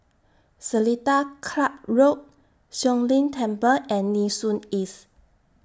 Seletar Club Road Siong Lim Temple and Nee Soon East